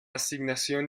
asignación